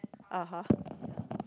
(uh huh)